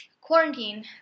quarantine